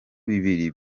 bibiri